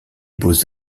beaux